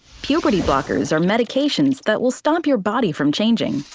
puberty blockers are medications that will stop your body from changing.